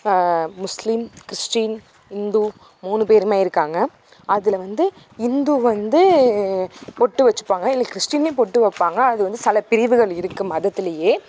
முஸ்லீம் Christian Hindu மூணு பேருமே இருக்காங்க அதில் வந்து இந்து வந்து பொட்டு வச்சுப்பாங்க இல்லை கிறிஸ்ட்டின்லியும் பொட்டு வைப்பாங்க அது வந்து சில பிரிவுகள் இருக்குது மதத்திலையே